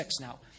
now